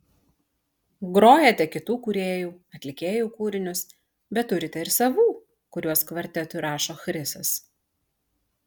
grojate kitų kūrėjų atlikėjų kūrinius bet turite ir savų kuriuos kvartetui rašo chrisas